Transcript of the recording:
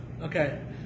Okay